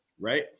right